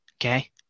okay